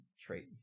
trait